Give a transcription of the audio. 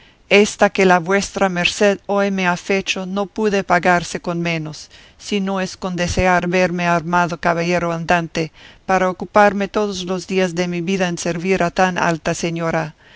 esta que la vuestra merced hoy me ha fecho no puede pagarse con menos si no es con desear verme armado caballero andante para ocuparme todos los días de mi vida en servir a tan alta señora